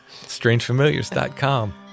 Strangefamiliars.com